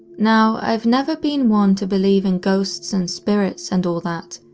now i've never been one to believe in ghosts and spirits and all that.